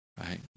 Right